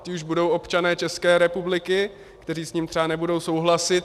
A ti už budou občané České republiky, kteří s ním třeba nebudou souhlasit.